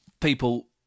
people